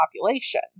population